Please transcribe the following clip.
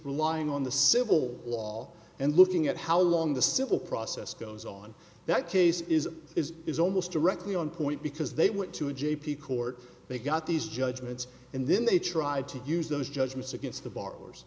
relying on the civil law and looking at how long the civil process goes on that case is is is almost directly on point because they want to j p court they got these judgments and then they tried to use those judgments against the b